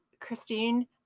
Christine